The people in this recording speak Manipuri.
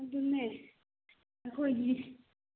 ꯑꯗꯨꯅꯦ ꯅꯈꯣꯏꯒꯤ